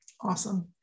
Awesome